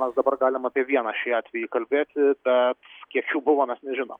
mes dabar galim apie vieną šį atvejį kalbėti bet kiek jų buvo mes nežinom